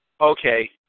Okay